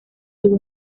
tuvo